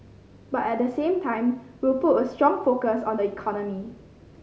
but at the same time we'll put a strong focus on the economy